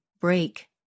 break